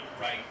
right